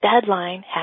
deadline